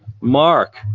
Mark